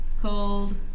Cold